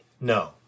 No